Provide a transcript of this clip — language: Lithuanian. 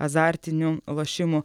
azartinių lošimų